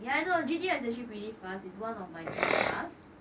yeah I know G_T_R is actually pretty fast is one of my dream cars